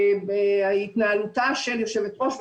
שמנהל מינהל התכנון יפרסם